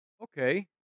Okay